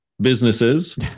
businesses